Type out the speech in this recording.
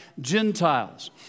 Gentiles